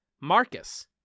Marcus